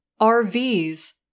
RVs